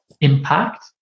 impact